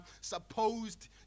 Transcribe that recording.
supposed